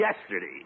yesterday